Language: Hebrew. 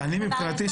מבחינתי,